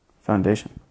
foundation